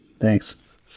Thanks